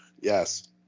Yes